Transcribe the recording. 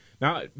Now